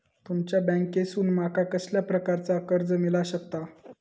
तुमच्या बँकेसून माका कसल्या प्रकारचा कर्ज मिला शकता?